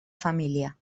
família